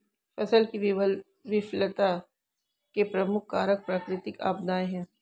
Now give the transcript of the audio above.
फसल की विफलता के प्रमुख कारक प्राकृतिक आपदाएं हैं